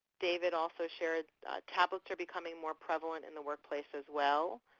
david also shares tablets are becoming more prevalent in the workplace as well.